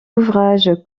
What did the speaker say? ouvrage